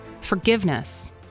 Forgiveness